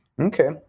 Okay